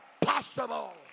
possible